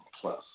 plus